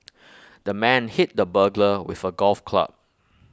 the man hit the burglar with A golf club